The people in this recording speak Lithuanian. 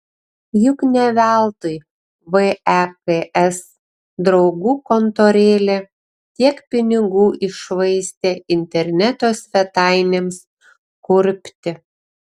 juk ne veltui veks draugų kontorėlė tiek pinigų iššvaistė interneto svetainėms kurpti